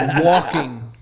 walking